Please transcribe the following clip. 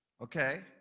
Okay